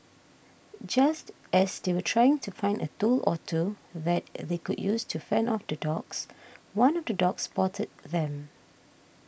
just as they were trying to find a tool or two that they could use to fend off the dogs one of the dogs spotted them